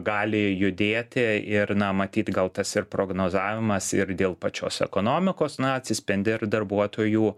gali judėti ir na matyt gal tas ir prognozavimas ir dėl pačios ekonomikos na atsispindi ir darbuotojų